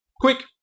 quick